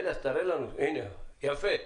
יפה.